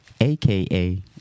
aka